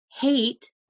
hate